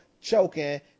choking